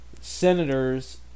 Senators